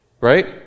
Right